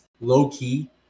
low-key